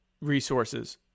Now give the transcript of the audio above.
resources